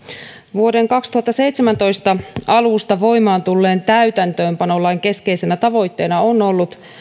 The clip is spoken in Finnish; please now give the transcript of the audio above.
vuoden kaksituhattaseitsemäntoista alusta voimaan tulleen täytäntöönpanolain keskeisenä tavoitteena on ollut